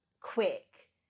quick